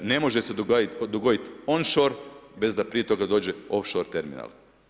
Ne može se dogoditi on shore bez da prije toga dođe off shore terminal.